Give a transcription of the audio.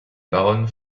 baronne